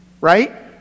Right